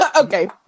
Okay